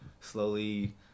slowly